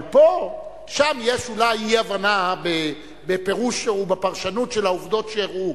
שם יש אולי אי-הבנה בפירוש ובפרשנות של העובדות שאירעו,